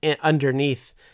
underneath